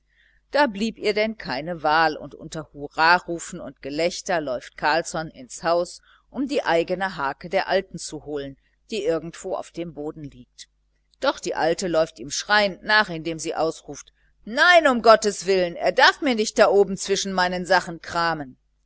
da blieb ihr denn keine wahl und unter hurrarufen und gelächter läuft carlsson ins haus um die eigene harke der alten zu holen die irgendwo auf dem boden liegt doch die alte läuft ihm schreiend nach indem sie ausruft nein um gottes willen er darf mir nicht da oben zwischen meinen sachen kramen